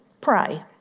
pray